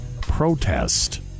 protest